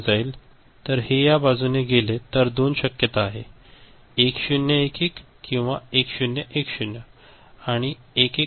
तर हे इथे या बाजूने गेले तर दोन शक्यता आहे 1 0 1 1 आणि 1 0 1 0